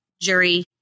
jury